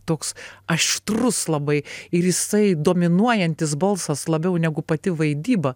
toks aštrus labai ir jisai dominuojantis balsas labiau negu pati vaidyba